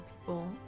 people